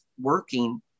working